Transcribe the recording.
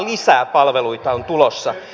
lisää palveluita on tulossa